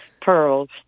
pearls